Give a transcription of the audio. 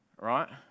right